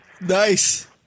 Nice